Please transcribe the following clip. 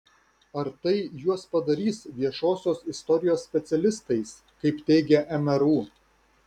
ar tai juos padarys viešosios istorijos specialistais kaip teigia mru